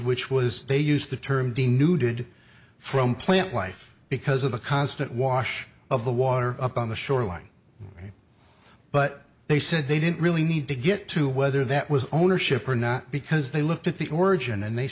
which was they used the term de new did from plant life because of the constant wash of the water up on the shoreline but they said they didn't really need to get to whether that was ownership or not because they looked at the origin and they